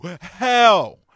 hell